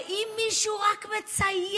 באמת, הרי אם מישהו רק מצייץ,